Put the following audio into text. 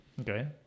Okay